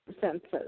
senses